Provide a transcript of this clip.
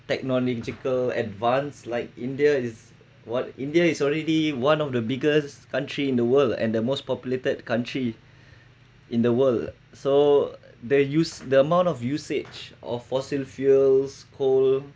technological advance like india is what india is already one of the biggest country in the world and the most populated country in the world so they use the amount of usage of fossil fuels coal